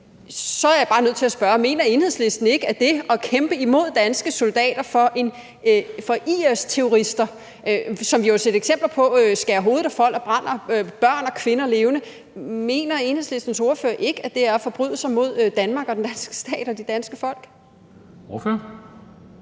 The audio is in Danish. så er jeg bare nødt til at spørge, om Enhedslisten ikke mener, at det at kæmpe imod danske soldater for IS-terrorister, som vi jo har set eksempler på skærer hovedet af folk og brænder børn og kvinder levende, er at forbryde sig mod Danmark, den danske stat og det danske folk? Kl.